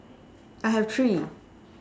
I have three